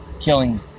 killing